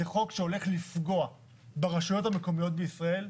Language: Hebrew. זה חוק שהולך לפגוע ברשויות המקומיות בישראל,